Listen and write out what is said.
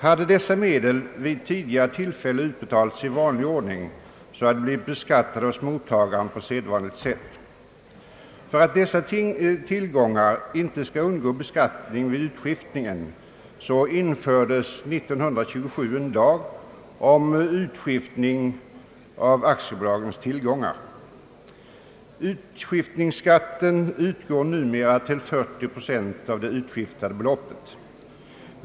Hade dessa medel vid tidigare tillfälle utbetalts i vanlig ordning, så hade de blivit beskattade hos mottagaren på sedvanligt sätt. För att dessa tillgångar inte skall undgå beskattning vid utskiftningen infördes år 1927 en lag om utskiftning av aktiebolagens tillgångar. Utskiftningsskatten uppgår numera till 40 procent av det utskiftade beloppet.